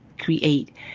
create